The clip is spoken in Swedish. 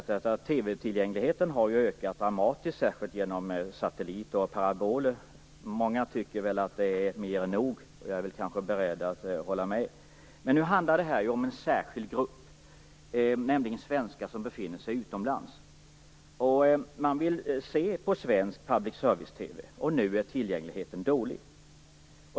TV-tillgängligheten har ju ökat dramatiskt, särskilt genom satelliter och paraboler. Många tycker väl att det är mer än nog. Jag är kanske beredd att hålla med. Men nu handlar det om en särskild grupp, nämligen svenskar som befinner sig utomlands. De vill se svensk public service-TV, och nu är tillgängligheten dålig.